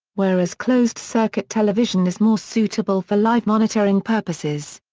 whereas closed-circuit television is more suitable for live-monitoring purposes.